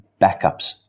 backups